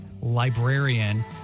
librarian